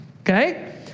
okay